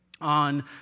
on